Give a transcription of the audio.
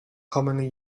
commonly